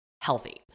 healthy